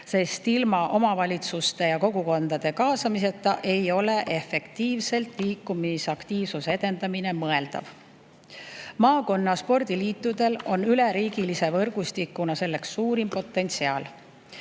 sest ilma omavalitsuste ja kogukondade kaasamiseta ei ole liikumisaktiivsuse efektiivne edendamine mõeldav. Maakonna spordiliitudel on üleriigilise võrgustikuna selleks suurim potentsiaal,